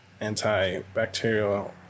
antibacterial